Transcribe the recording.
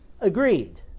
Agreed